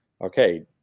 Okay